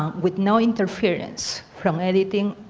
um with no interference from editing.